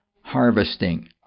harvesting